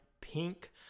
pink